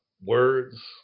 words